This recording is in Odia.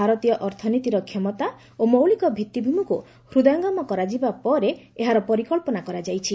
ଭାରତୀୟ ଅର୍ଥନୀତିର କ୍ଷମତା ଓ ମୌଳିକ ଭିତ୍ତିଭୂମିକୁ ହୃଦୟଙ୍ଗମ କରାଯିବା ପରେ ଏହାର ପରିକ୍ସନା କରାଯାଇଛି